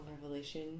revelation